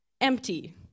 Empty